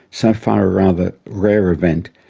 so far a rather rare event,